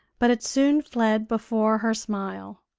but it soon fled before her smile.